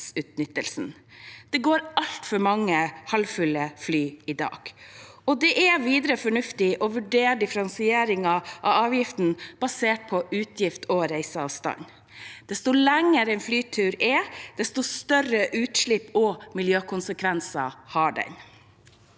Det går altfor mange halvfulle fly i dag. Videre er det fornuftig å vurdere differensieringen av avgiften basert på utslipp og reiseavstand. Desto lengre en flytur er, desto større utslipp og miljøkonsekvenser har den.